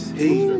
hey